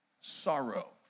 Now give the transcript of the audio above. sorrow